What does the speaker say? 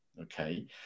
okay